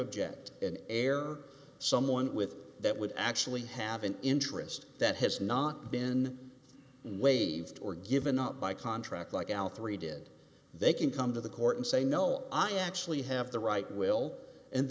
object an error someone with that would actually have an interest that has not been waived or given up by contract like al three did they can come to the court and say no i actually have the right will and